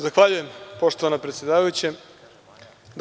Zahvaljujem poštovana predsedavajuća.